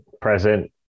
present